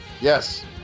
Yes